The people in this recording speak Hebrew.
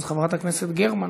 אז חברת הכנסת גרמן.